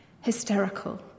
hysterical